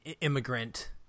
immigrant